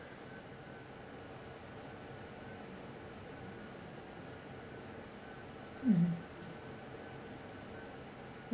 mm